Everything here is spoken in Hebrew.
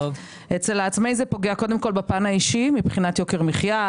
אצל העצמאי זה פוגע קודם כול בפן האישי מבחינת יוקר המחיה,